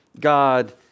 God